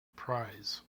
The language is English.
prize